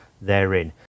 therein